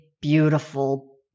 beautiful